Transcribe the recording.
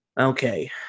okay